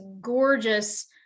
gorgeous